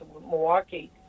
Milwaukee